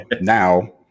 now